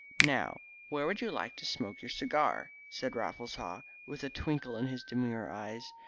now, where would you like to smoke your cigar? said raffles haw, with a twinkle in his demure eyes.